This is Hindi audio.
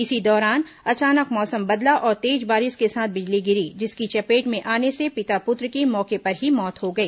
इसी दौरान अचानक मौसम बदला और तेज बारिश के साथ बिजली गिरी जिसकी चपेट में आने से पिता पुत्र की मौके पर ही मौत हो गई